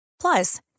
Plus